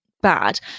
bad